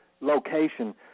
location